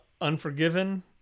unforgiven